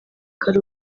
kare